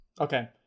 Okay